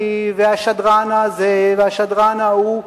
זה לא נכון, השירות הצבאי?